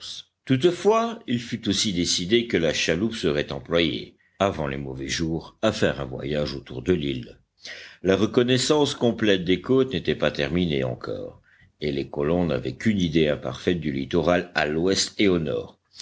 toutefois il fut aussi décidé que la chaloupe serait employée avant les mauvais jours à faire un voyage autour de l'île la reconnaissance complète des côtes n'était pas terminée encore et les colons n'avaient qu'une idée imparfaite du littoral à l'ouest et au nord